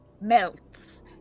melts